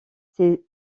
ses